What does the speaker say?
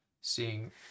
seeing